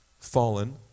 fallen